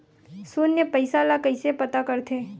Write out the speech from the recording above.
शून्य पईसा ला कइसे पता करथे?